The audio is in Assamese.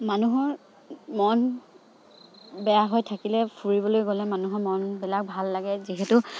মানুহৰ মন বেয়া হৈ থাকিলে ফুৰিবলৈ গ'লে মানুহৰ মনবিলাক ভাল লাগে যিহেতু